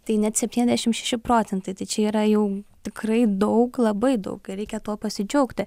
tai net septyniasdešimt šeši procentai tai čia yra jau tikrai daug labai daug ir reikia tuo pasidžiaugti